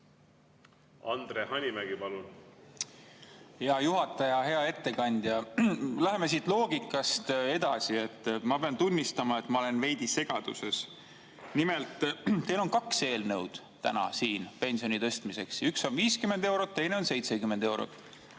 Andre Hanimägi, palun! Hea juhataja! Hea ettekandja! Läheme sellest loogikast edasi. Ma pean tunnistama, et ma olen veidi segaduses. Nimelt, teil on täna siin kaks eelnõu pensioni tõstmiseks: üks on 50 eurot, teine on 70 eurot.